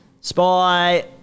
spy